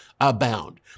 abound